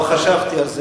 לא חשבתי על זה,